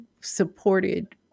supported